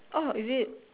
orh is it